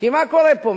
מה קורה פה?